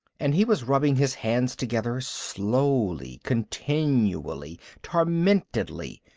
and he was rubbing his hands together slowly, continually, tormentedly,